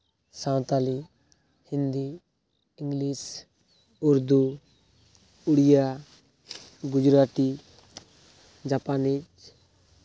Santali Hindi English Urdu Odia Gujarati Japanese